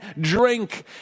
drink